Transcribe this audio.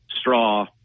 straw